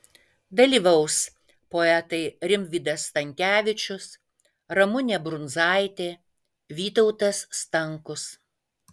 dalyvaus poetai rimvydas stankevičius ramunė brundzaitė vytautas stankus